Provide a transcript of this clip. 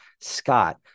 Scott